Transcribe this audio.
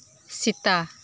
ᱥᱮᱛᱟ